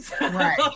Right